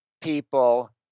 people